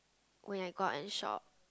when I go out and shop